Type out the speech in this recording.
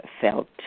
felt